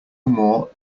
more